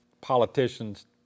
politicians